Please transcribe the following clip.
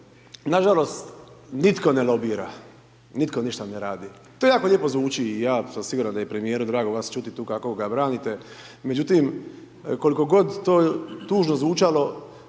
nažalost nitko ne lobira, nitko ništa ne radi, to jako lijepo zvuči i ja sam siguran da je premijeru drago vas čuti tu kako ga branite, međutim koliko god to tužno zvučalo